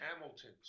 Hamilton